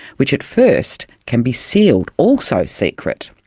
which at first can be sealed, also secret.